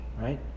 Right